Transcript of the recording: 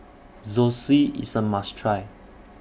Zosui IS A must Try